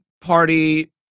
Party